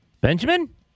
Benjamin